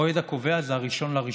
המועד הקובע זה 1 בינואר,